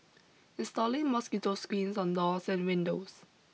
installing mosquito screens on doors and windows